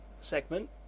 segment